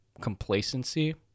complacency